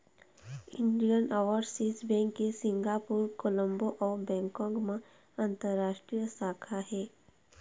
Indian Overseas Bank के Singapore, Colombo अउ Bangkok म अंतररास्टीय शाखा हे